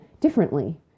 differently